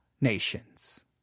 nations